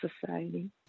society